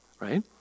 right